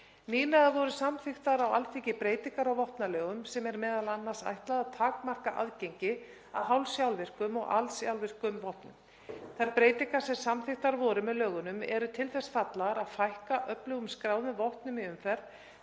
Nýlega voru samþykktar á Alþingi breytingar á vopnalögum sem er m.a. ætlað að takmarka aðgengi að hálfsjálfvirkum og alsjálfvirkum vopnum. Þær breytingar sem samþykktar voru með lögunum eru til þess fallnar að fækka öflugum skráðum vopnum í umferð